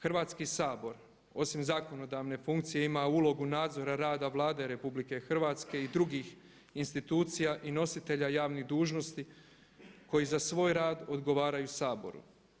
Hrvatski sabor osim zakonodavne funkcije ima ulogu nadzora rada Vlade Republike Hrvatske i drugih institucija i nositelja javnih dužnosti koji za svoj rad odgovaraju Saboru.